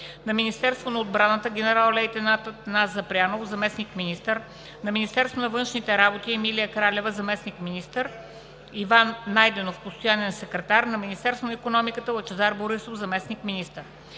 на Министерството на отбраната: генерал-лейтенант Атанас Запрянов – заместник-министър; на Министерството на външните работи: Емилия Кралева – заместник-министър, Иван Найденов – постоянен секретар; на Министерството на икономиката: Лъчезар Борисов – заместник- министър.